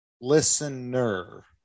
Listener